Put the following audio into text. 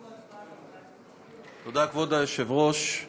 תודה, כבוד היושב-ראש,